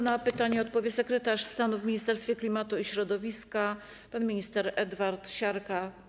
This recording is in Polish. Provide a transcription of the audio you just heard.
Na pytanie odpowie sekretarz stanu w Ministerstwie Klimatu i Środowiska pan minister Edward Siarka.